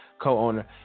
co-owner